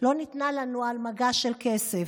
לא ניתנה לנו על מגש של כסף,